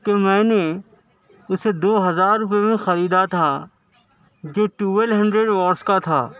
کہ میں نے اسے دو ہزار روپئے میں خریدا تھا جو ٹویل ہنڈریڈ واس کا تھا